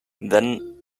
then